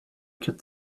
could